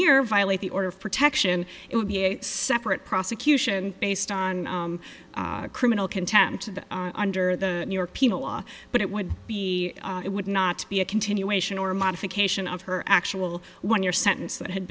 year violate the order of protection it would be a separate prosecution based on criminal contempt under the new york penal law but it would be it would not be a continuation or modification of her actual one year sentence that had